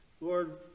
Lord